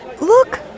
Look